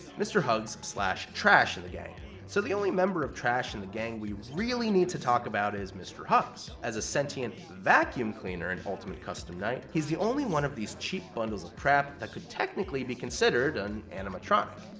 mr. hugs so trash trash and the gang so the only member of trash and the gang we really need to talk about is mr. hugs. as a sentient vacuum cleaner in ultimate custom night, he's the only one of these cheap bundles of crap that could technically be considered an animatronic.